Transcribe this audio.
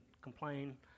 complain